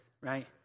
right